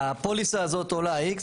הפוליסה הזאת עולה X,